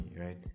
right